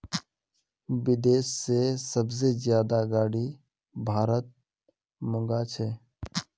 विदेश से सबसे ज्यादा गाडी भारत मंगा छे